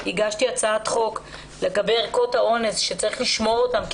הצעת חוק לגבי ערכות האונס שצריך לשמור אותן,